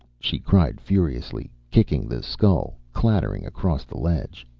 she cried furiously, kicking the skull clattering across the ledge.